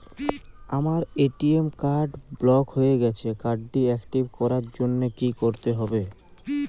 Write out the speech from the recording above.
আমার ATM card block হয়ে গেছে কার্ড টি একটিভ করার জন্যে কি করতে হবে?